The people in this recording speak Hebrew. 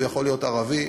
הוא יכול להיות ערבי,